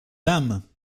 dame